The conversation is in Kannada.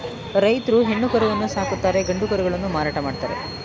ರೈತ್ರು ಹೆಣ್ಣು ಕರುವನ್ನು ಸಾಕುತ್ತಾರೆ ಗಂಡು ಕರುಗಳನ್ನು ಮಾರಾಟ ಮಾಡ್ತರೆ